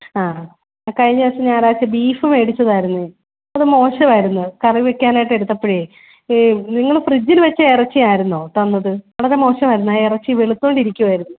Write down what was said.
ആ കഴിഞ്ഞ ദിവസം ഞായറാഴ്ച ബീഫ് മേടിച്ചതായിരുന്നു അത് മോശവായിരുന്നു കറിവെക്കാനായിട്ട് എടുത്തപ്പോഴെ ഈ നിങ്ങൾ ഫ്രിഡ്ജിൽ വച്ച് ഇറച്ചിയായിരുന്നോ തന്നത് വളരെ മോശമായിരുന്നു ആ ഇറച്ചി വെളുത്തോണ്ടിരിക്കുവായിരുന്നു